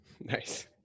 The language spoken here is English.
Nice